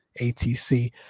ATC